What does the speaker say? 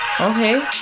Okay